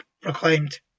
proclaimed